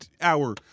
hour